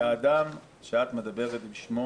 האדם שאת מדברת בשמו